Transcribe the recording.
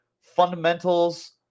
Fundamentals